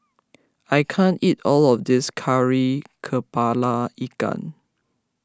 I can't eat all of this Kari Kepala Ikan